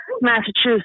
Massachusetts